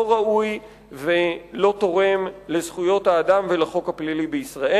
לא ראוי ולא תורם לזכויות האדם ולחוק הפלילי בישראל.